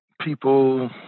people